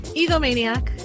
egomaniac